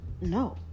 No